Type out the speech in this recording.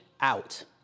out